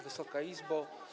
Wysoka Izbo!